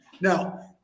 Now